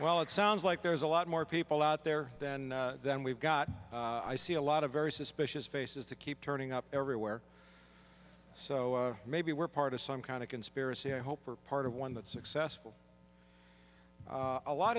well it sounds like there's a lot more people out there than then we've got i see a lot of very suspicious faces to keep turning up everywhere so maybe we're part of some kind of conspiracy i hope for part of one that successful a lot